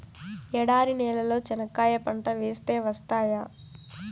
ఎడారి నేలలో చెనక్కాయ పంట వేస్తే వస్తాయా?